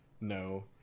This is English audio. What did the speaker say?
no